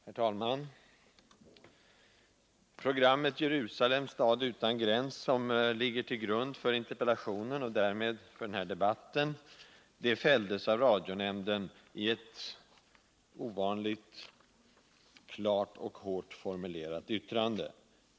Herr talman! Programmet Jerusalem — stad utan gräns, som ligger till grund för interpellationen och därmed för denna debatt, fälldes av radionämnden i ett ovanligt klart och hårt formulerat yttrande.